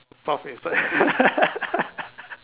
soft inside